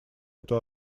эту